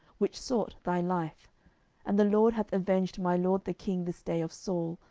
which sought thy life and the lord hath avenged my lord the king this day of saul,